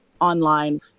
online